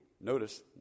Notice